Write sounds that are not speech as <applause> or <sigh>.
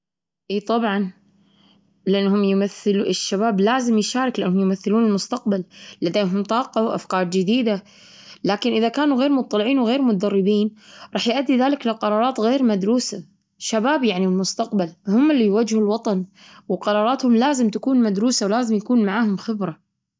إيه، طبعا، لأنهم يمثلوا الشباب، لازم يشاركوا لأنهم يمثلون المستقبل، لديهم طاقة وأفكار جديدة <noise> لكن إذا كانوا غير مطلعين وغير متدربين، راح يؤدي ذلك إلى قرارات غير مدروسة. شباب يعني المستقبل، هم اللي يوجهوا الوطن، وقراراتهم لازم تكون مدروسة، ولازم يكون معاهم خبرة.